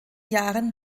jahren